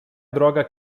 droga